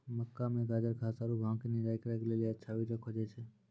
मक्का मे गाजरघास आरु भांग के निराई करे के लेली अच्छा वीडर खोजे छैय?